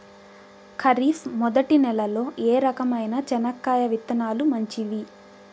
ఖరీఫ్ మొదటి నెల లో ఏ రకమైన చెనక్కాయ విత్తనాలు మంచివి